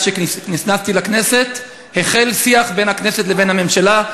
שנכנסתי לכנסת החל שיח בין הכנסת לבין הממשלה.